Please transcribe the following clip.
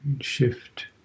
shift